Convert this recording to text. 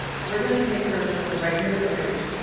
we're going to take care of shirley right here at the ranch,